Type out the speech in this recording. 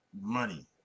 money